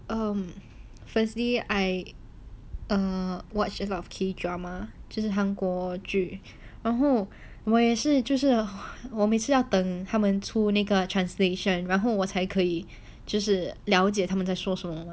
um firstly I err watch a lot of K drama 就是韩国剧然后我也是就是我每次要等他们出那个 translation 然后我才可以就是了解他们在说什么